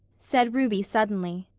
said ruby suddenly.